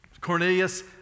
Cornelius